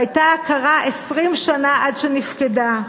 שהייתה עקרה 20 שנה עד שנפקדה,